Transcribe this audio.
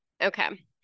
Okay